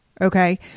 Okay